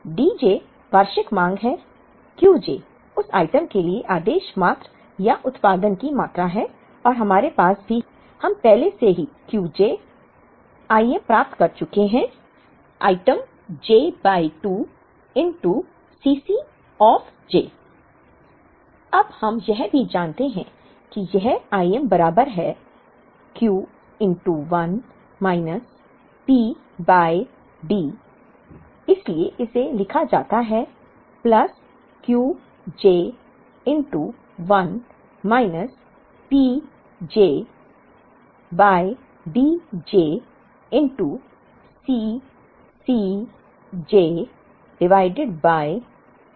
Dj वार्षिक मांग है Qj उस आइटम के लिए आदेश मात्रा या उत्पादन की मात्रा है और हमारे पास भी है हम पहले से ही Q j IM प्राप्त कर चुके हैं item j by 2 Cc of j अब हम यह भी जानते हैं कि यह IM बराबर है Q 1 P बाय D इसलिए इसे लिखा जाता है plus Qj 1 Pj by D j Cc j divided by 2